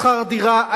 בשכר דירה,